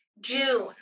June